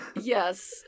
Yes